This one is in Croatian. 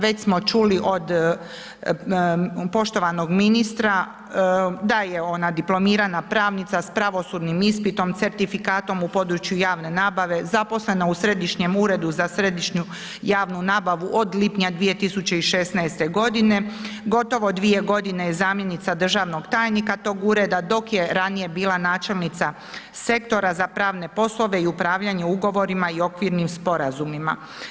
Već smo čuli od poštovanog ministra da je ona dipl. pravnica sa pravosudnim ispitom, certifikatom u području javne nabave, zaposlena u Središnjem uredu za središnju javnu nabavu od lipnja 2016. g., gotovo 2 g. je zamjenica državnog tajnika tog ureda dok je ranije bila načelnica sektora za pravne poslove i upravljanje ugovorima i okvirnim sporazumima.